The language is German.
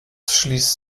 schließt